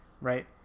right